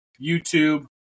YouTube